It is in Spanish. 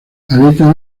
aleta